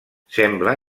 sembla